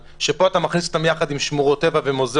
שפה אתה מכניס אותם ביחד עם שמורות טבע ומוזיאונים,